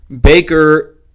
Baker